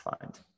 find